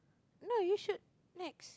no you should next